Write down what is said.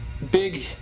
Big